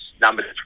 number